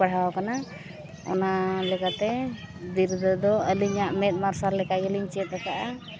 ᱯᱟᱲᱦᱟᱣ ᱠᱟᱱᱟ ᱚᱱᱟ ᱞᱮᱠᱟᱛᱮ ᱵᱤᱨᱫᱟᱹ ᱫᱚ ᱟᱹᱞᱤᱧᱟᱜ ᱢᱮᱫ ᱢᱟᱨᱥᱟᱞ ᱞᱮᱠᱟ ᱜᱮᱞᱤᱧ ᱪᱮᱫ ᱟᱠᱟᱫᱼᱟ